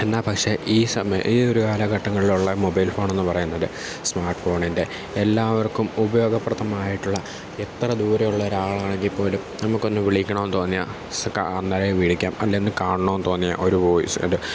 എന്നാൽ പക്ഷേ ഈ സമയം ഈ ഒരു കാലഘട്ടങ്ങളിലുള്ള മൊബൈൽ ഫോണെന്നു പറയുന്നത് സ്മാർട്ട്ഫോണിൻ്റെ എല്ലാവർക്കും ഉപയോഗപ്രദമായിട്ടുള്ള എത്ര ദൂരെയുള്ള ഒരാളാണെങ്കിൽപ്പോലും നമുക്കൊന്ന് വിളിക്കണമെന്നു തോന്നിയാൽ അന്നേരം വിളിക്കാം അല്ലെങ്കിൽ ഒന്നു കാണണമെന്ന് തോന്നിയാൽ ഒരു വോയിസ് ഇടുക